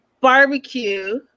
barbecue